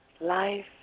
life